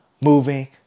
moving